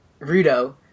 Rudo